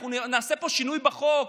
אנחנו נעשה פה שינוי בחוק.